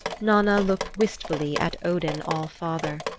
nanna looked wistfully at odin all-father.